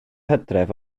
hydref